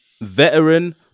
Veteran